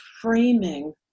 framing